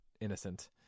innocent